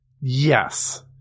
Yes